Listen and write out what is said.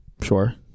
Sure